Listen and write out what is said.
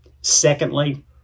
Secondly